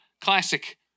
Classic